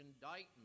indictment